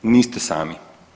Niste sami!